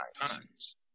times